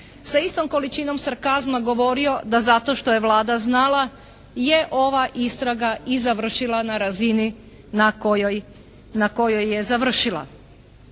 sa istom količinom sarkazma govorio da zato što je Vlada znala je ova istraga i završila na razini na kojoj je završila.